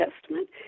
Testament